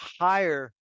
higher